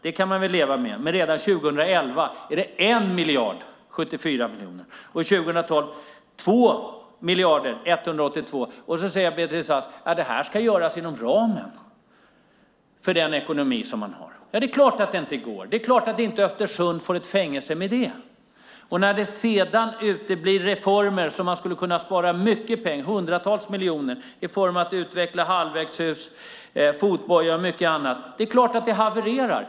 Det kan man väl leva med, men redan 2011 är det 1 074 miljoner. År 2012 är det 2 182 miljoner. Beatrice Ask säger att det här ska göras inom ramen för den ekonomi som man har. Det är klart att det inte går! Det är klart att Östersund inte får något fängelse med det. När det sedan uteblir reformer som man skulle kunna spara mycket pengar på, hundratals miljoner, i form av att utveckla halvvägshus, fotboja och mycket annat, är det klart att det havererar.